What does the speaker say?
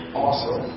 awesome